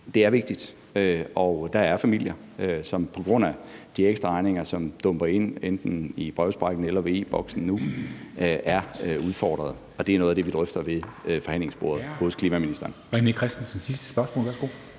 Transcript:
Det er vigtigt, og der er familier, som på grund af de ekstraregninger, som dumper ind gennem brevsprækken eller kommer i e-Boks nu, er udfordret. Det er noget af det, vi drøfter ved forhandlingsbordet hos klimaministeren. Kl. 13:06 Formanden